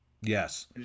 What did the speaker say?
Yes